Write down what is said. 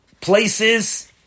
places